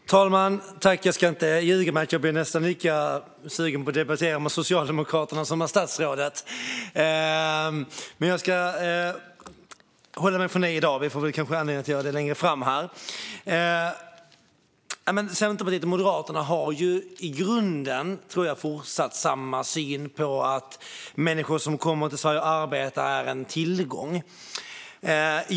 Fru talman! Jag ska inte ljuga; jag blev nästan lika sugen på att debattera med Socialdemokraterna som med statsrådet. Men jag ska avhålla mig från det i dag. Vi får kanske anledning att göra det längre fram. Centerpartiet och Moderaterna har i grunden fortfarande samma syn - att människor som kommer till Sverige och arbetar är en tillgång.